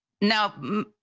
now